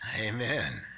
Amen